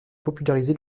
popularisé